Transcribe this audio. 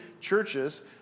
churches